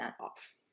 off